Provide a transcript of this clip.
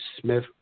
smith